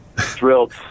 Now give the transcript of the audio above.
Thrilled